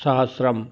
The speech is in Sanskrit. सहस्रम्